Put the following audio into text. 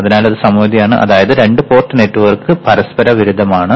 അതിനാൽ അത് സമമിതിയാണ് അതായത് രണ്ട് പോർട്ട് നെറ്റ്വർക്ക് പരസ്പരവിരുദ്ധമാണ്